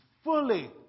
Fully